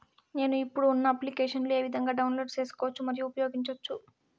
నేను, ఇప్పుడు ఉన్న అప్లికేషన్లు ఏ విధంగా డౌన్లోడ్ సేసుకోవచ్చు మరియు ఉపయోగించొచ్చు?